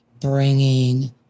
Bringing